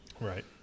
Right